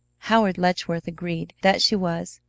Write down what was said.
howard letchworth agreed that she was,